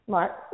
Mark